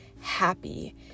happy